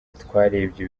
twarebye